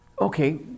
Okay